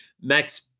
Max